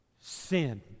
Sin